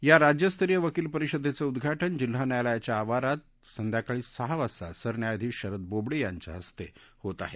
या राज्यस्तरीय वकील परिषदेच उद्घाटन जिल्हा न्यायालयाच्या आवारात संध्याकाळी सहा वाजता सरन्यायाधीश शरद बोबडे यांच्या हस्ते होत आहे